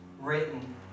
written